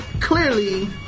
clearly